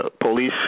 police